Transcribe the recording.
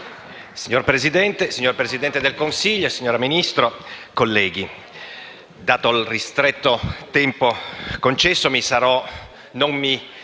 Signor Presidente, signor Presidente del Consiglio, signora Ministro, colleghi, dato il ristretto tempo concessomi non mi